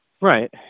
Right